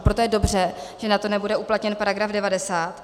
Proto je dobře, že na to nebude uplatněn § 90.